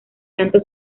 tanto